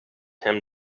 him